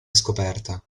scoperta